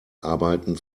arbeiten